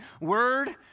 word